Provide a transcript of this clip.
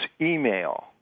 email